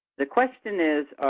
the question is